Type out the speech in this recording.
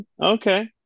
okay